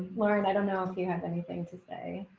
lauren. i don't know if you have anything to say.